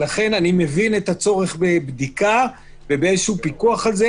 לכן אני מבין את הצורך בבדיקה ובפיקוח על זה.